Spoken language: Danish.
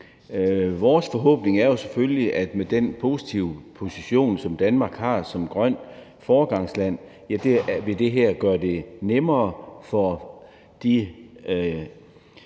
Vores forhåbning er selvfølgelig, at med den positive position, som Danmark har som grønt foregangsland, vil det her gøre det nemmere for de